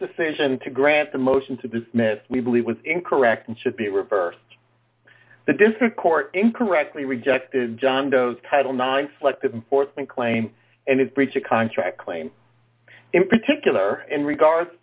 decision to grant the motion to dismiss we believe was incorrect and should be reversed the different court incorrectly rejected john doe's title nine selective enforcement claim and is breach of contract claim in particular in regards